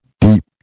deep